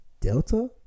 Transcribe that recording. delta